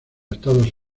estados